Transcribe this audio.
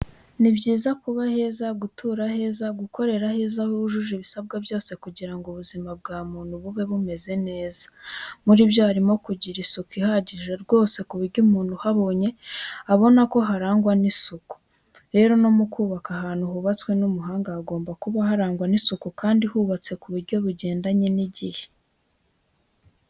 Ni byiza kuba heza, gutura aheza, gukorera aheza hujuje ibisabwa byose kugira ngo ubuzima bwa muntu bube bumeze neza muri byo harimo kugira isuku ihagije rwose ku buryo umuntu uhabonye abona ko haragwa n'isuku. Rero no mu kubaka ahantu hubatswe n'umuhanga hagomba kuba harangwa n'isuku kandi hubatse ku buryo bugendanye n'igihe.